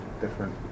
different